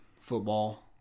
football